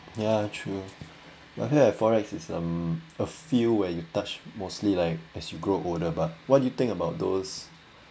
ya true I hear FOREX is um a few where you touched mostly like as you grow older but what do you think about those